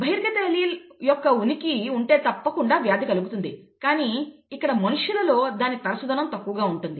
బహిర్గత allele యొక్క ఉనికి ఉంటే తప్పకుండా వ్యాధి కలుగుతుంది కానీ ఇక్కడ మనుష్యులలో దాని తరచుదనం తక్కువగా ఉంటుంది